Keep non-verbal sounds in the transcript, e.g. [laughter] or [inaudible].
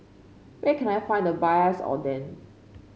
where can I find the [unintelligible] Oden